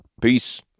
Peace